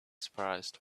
surprised